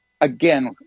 Again